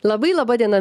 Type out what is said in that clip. labai laba diena